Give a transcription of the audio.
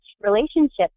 relationships